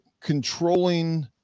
controlling